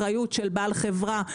אחריות של בעל חברה.